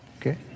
okay